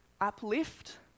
uplift